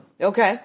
Okay